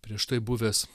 prieš tai buvęs